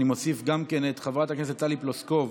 אני מוסיף גם את חברת הכנסת טלי פלוסקוב,